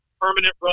permanent